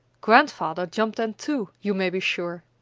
grandfather jumped then, too, you may be sure.